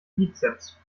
bizeps